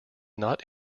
not